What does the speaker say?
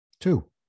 Two